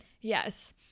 Yes